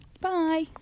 Bye